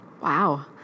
Wow